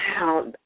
wow